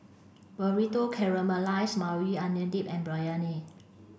Burrito Caramelized Maui Onion Dip and Biryani